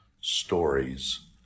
stories